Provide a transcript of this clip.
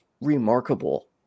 remarkable